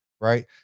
right